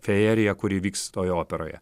fejeriją kuri vyks toje operoje